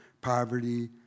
poverty